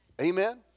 Amen